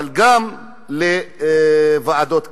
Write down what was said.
אבל גם לוועדות קבלה.